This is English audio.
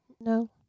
No